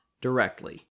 directly